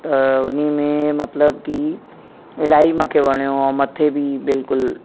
त उन में मतिलब कि इलाही मूंखे वणियो आहे मथे बि बिल्कुलु